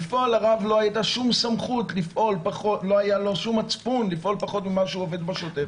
בפועל לרב לא היה שום מצפון לפעול פחות ממה שהוא עובד בשוטף.